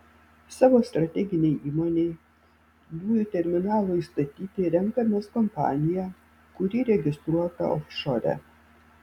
savo strateginei įmonei dujų terminalui statyti renkamės kompaniją kuri registruota ofšore